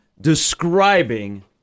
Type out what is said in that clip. describing